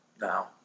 now